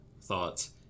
thoughts